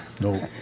No